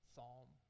psalm